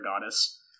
goddess